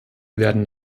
werden